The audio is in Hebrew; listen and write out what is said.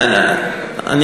אנחנו יודעים מי קבור שם.